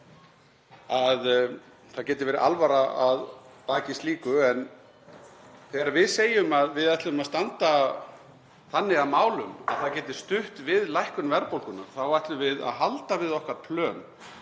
að það geti verið alvara að baki slíku. En þegar við segjum að við ætlum að standa þannig að málum að það geti stutt við lækkun verðbólgunnar þá ætlum við að halda við okkar plön